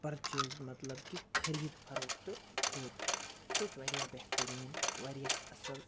purchase مطلب کہِ خریٖد فروختہٕ کوٚر سُہ اوس واریاہ بہتریٖن واریاہ اَصٕل